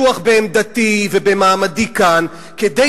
ואני מספיק בטוח בעמדתי ובמעמדי כאן כדי